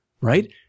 right